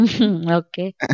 Okay